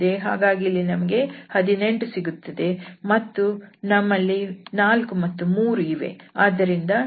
ಹಾಗಾಗಿ ಅಲ್ಲಿ ನಮಗೆ 18 ಸಿಗುತ್ತದೆ ಹಾಗೂ ನಮ್ಮಲ್ಲಿ 4 ಮತ್ತು 3 ಇವೆ